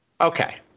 Okay